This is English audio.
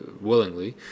willingly